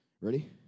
Ready